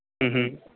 ਹਮ ਹਮ